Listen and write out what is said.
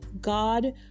God